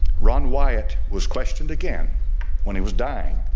ron wyatt was questioned again when he was dying